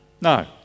no